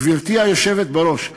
גברתי היושבת בראש,